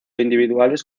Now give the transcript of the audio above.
individuales